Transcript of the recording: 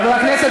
חבר הכנסת לוי,